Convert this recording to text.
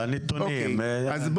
לנתונים,